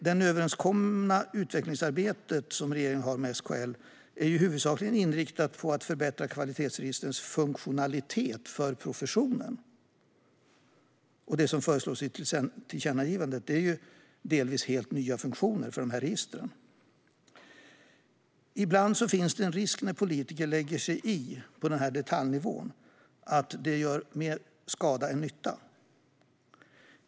Det överenskomna utvecklingsarbete som regeringen har med SKL är huvudsakligen inriktat på att förbättra kvalitetsregistrens funktionalitet för professionen. Det som föreslås i tillkännagivandet är delvis helt nya funktioner för registren. Ibland när politiker lägger sig i på detaljnivå finns det en risk för att det gör mer skada än nytta.